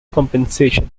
compensation